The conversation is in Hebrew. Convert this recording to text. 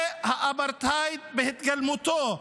זה האפרטהייד בהתגלמותו.